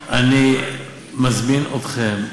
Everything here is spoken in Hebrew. אני מזמין אתכם לבקר.